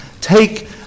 Take